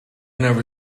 never